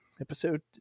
Episode